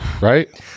Right